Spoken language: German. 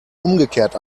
umgekehrt